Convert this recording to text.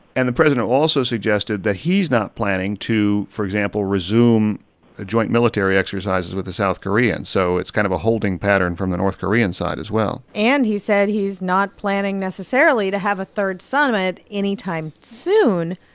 and the president also suggested that he's not planning to, for example, resume the joint military exercises with the south koreans. so it's kind of a holding pattern from the north korean side as well and he said he's not planning, necessarily, to have a third summit anytime soon.